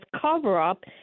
cover-up